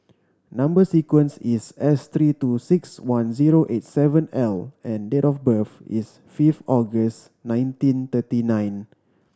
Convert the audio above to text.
number sequence is S three two six one zero eight seven L and date of birth is fifth August nineteen thirty nine